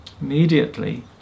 Immediately